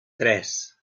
tres